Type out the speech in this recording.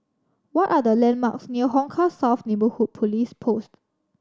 what are the landmarks near Hong Kah South Neighbourhood Police Post